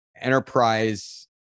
enterprise